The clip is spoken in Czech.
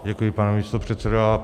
Děkuji, pane místopředsedo.